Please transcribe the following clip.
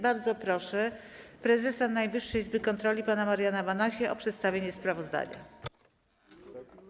Bardzo proszę prezesa Najwyższej Izby Kontroli pana Mariana Banasia o przedstawienie sprawozdania.